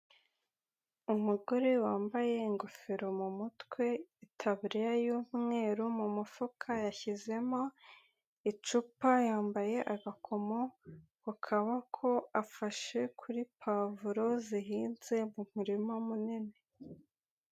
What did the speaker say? Umugore wambaye ingofero mu mutwe itaba y'umweru mu mufuka yashyizemo icupa, yambaye agakomo ku kaboko, afashe kuri pavuro zihinze mu murima munini.